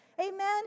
Amen